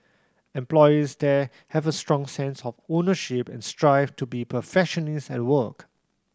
employees there have a strong sense of ownership and strive to be perfectionists at work